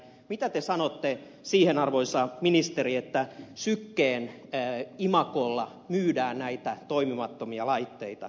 mitä te sanotte siihen arvoisa ministeri että sykkeen imagolla myydään näitä toimimattomia laitteita